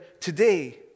today